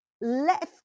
left